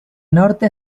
norte